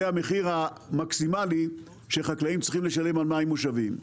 זה המחיר המקסימלי שחקלאים צריכים לשלם על מים מושבים.